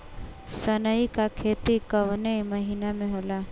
सनई का खेती कवने महीना में होला?